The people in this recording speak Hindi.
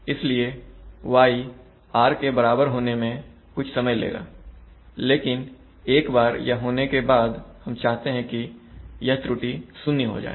इसलिए y को r के बराबर होने में कुछ समय लगेगा लेकिन एक बार यह होने के बाद हम चाहते है कि यह त्रुटि शुन्य हो जाए